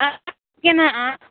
आम केना आम